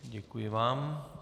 Děkuji vám.